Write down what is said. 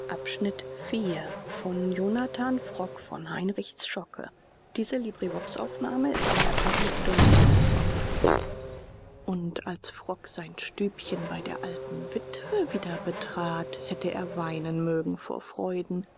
und als frock sein stübchen bei der alten witwe wieder betrat hätte er weinen mögen vor freuden